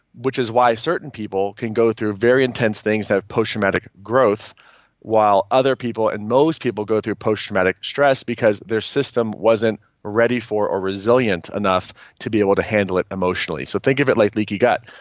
which is why certain people can go through a very intense things and have post-traumatic growth while other people, and most people, go through post-traumatic stress because their system wasn't ready for or resilient enough to be able to handle it emotionally. so think of it like leaky gut.